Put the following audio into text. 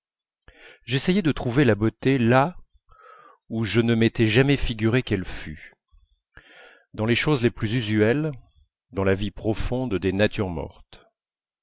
j'essayais de trouver la beauté là où je ne m'étais jamais figuré qu'elle fût dans les choses les plus usuelles dans la vie profonde des natures mortes